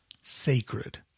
Sacred